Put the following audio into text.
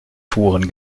touren